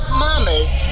mama's